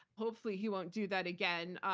hopefully he won't do that again,